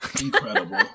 Incredible